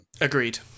Agreed